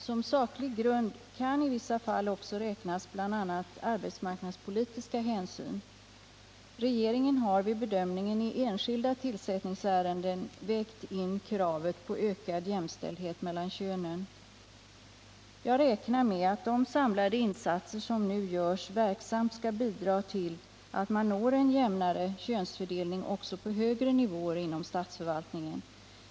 Som saklig grund kan i vissa fall också räknas bl.a. arbetsmarknadspolitiska hänsyn. Regeringen har vid bedömningen i enskilda tillsättningsärenden vägt in kravet på ökad jämställdhet mellan könen. Jag räknar med att de samlade insatser som nu görs verksamt skall bidra till att man når en jämnare könsfördelning också på högre nivåer inom statsförvaltningen.